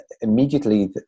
immediately